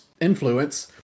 influence